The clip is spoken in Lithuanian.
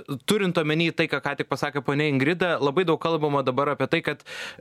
turint omeny į tai ką tik pasakė ponia ingrida labai daug kalbama dabar apie tai kad